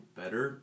better